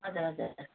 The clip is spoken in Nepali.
हजुर हजुर